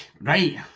right